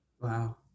Wow